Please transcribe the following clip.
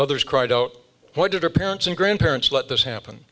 others cried out why did our parents and grandparents let this happen